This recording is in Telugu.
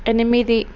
ఎనిమిది